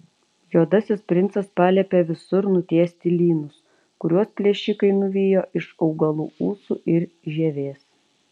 juodasis princas paliepė visur nutiesti lynus kuriuos plėšikai nuvijo iš augalų ūsų ir žievės